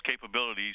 capabilities